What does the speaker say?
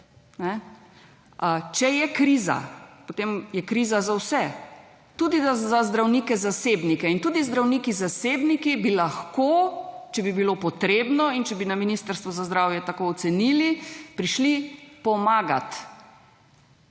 Če je kriza, potem je kriza za vse tudi za zdravnike zasebnike in tudi zdravniki zasebniki bi lahko, če bi bilo potrebno in če bi na Ministrstvu za zdravje tako ocenili prišli pomagati.